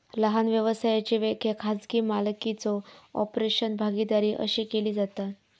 लहान व्यवसायाची व्याख्या खाजगी मालकीचो कॉर्पोरेशन, भागीदारी अशी केली जाता